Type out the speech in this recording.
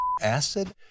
acid